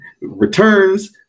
returns